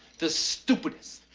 the stupidest,